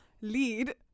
lead